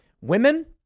Women